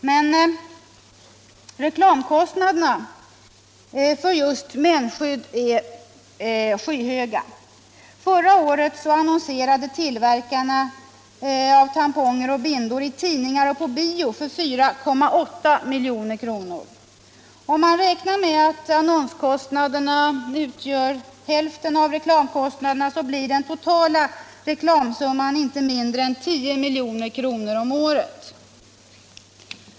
Men reklamkostnaderna för just mensskydd är skyhöga. Under förra året annonserade tillverkarna av tamponger och bindor för sina varor i tidningar och på bio för 4,8 milj.kr. Om man räknar med att annonskostnaderna utgör hälften av reklamkostnaderna, blir den totala reklamsumman inte mindre än 10 milj.kr. om året.